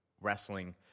wrestling